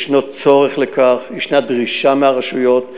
ישנו צורך בכך, ישנה דרישה מהרשויות.